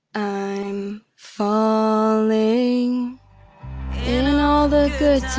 i'm falling in and all the good